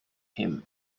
him